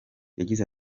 yagize